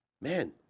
man